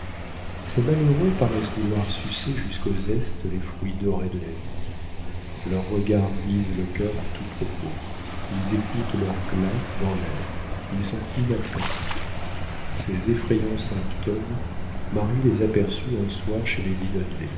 ces malheureux paraissent vouloir sucer jusqu'au zeste les fruits dorés de la vie leurs regards visent le cœur à tout propos ils écoutent leur glas dans l'air ils sont inattentifs ces effrayants symptômes marie les aperçut un soir chez